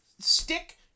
stick